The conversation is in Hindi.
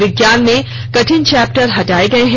विज्ञान में कठिन चैप्टर हटाए गए हैं